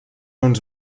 uns